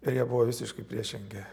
ir jie buvo visiškai priešingi